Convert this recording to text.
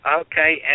Okay